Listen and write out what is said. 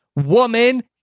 woman